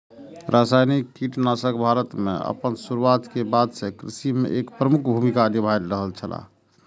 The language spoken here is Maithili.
रासायनिक कीटनाशक भारत में आपन शुरुआत के बाद से कृषि में एक प्रमुख भूमिका निभाय रहल छला